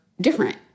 different